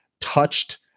touched